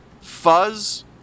fuzz